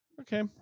Okay